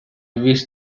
wish